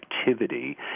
activity